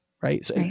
Right